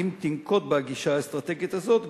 שאם תנקוט את הגישה האסטרטגית הזאת,